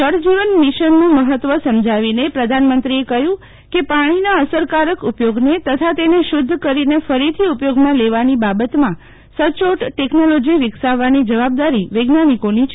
જળજીવન મિશનનું મહત્વ સમજાવીને પધાનમંત્રીએ કહયું કે પાણીના અસરકારક ઉપયોગને તથા તેને શૂધ્ધ ફરીને ફરીથી ઉપયોગમાં લેવાની બાબતમાં સચોટ ટેકનોલોજી વિકસાવવાની જવાબદારી વજ્ઞાનિકોની છે